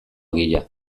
ogia